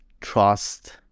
trust